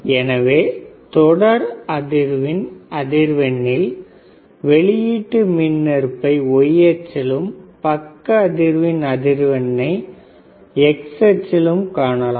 jX jCM2 S22 p2 எனவே தொடர் அதிர்வின் அதிர்வெண்ணில் வெளியீட்டு மின் மறுப்பை y அச்சிலும் பக்க அதிர்வின் அதிர்வெண்ணை x அச்சிலும் காணலாம்